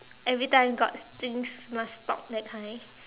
every time got things must talk that kind